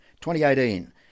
2018